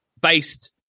based